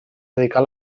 dedicar